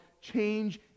change